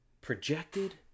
Projected